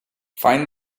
find